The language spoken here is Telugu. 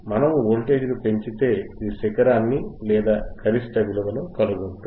మనము వోల్టేజ్ను పెంచితే ఇది శిఖరాన్ని లేదా గరిష్ట విలువని కనుగొంటుంది